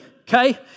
okay